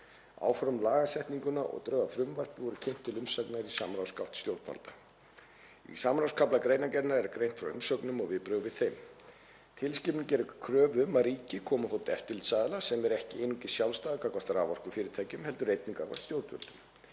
Áform um lagasetninguna og drög að frumvarpi voru kynnt til umsagnar á samráðsgátt stjórnvalda. Í samráðskafla greinargerðarinnar er greint frá umsögnum og viðbrögðum við þeim. Tilskipunin gerir kröfu um að ríki komi á fót eftirlitsaðila sem er ekki einungis sjálfstæður gagnvart raforkufyrirtækjum heldur einnig gagnvart stjórnvöldum.